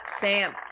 Sam